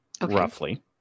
roughly